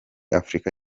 afrika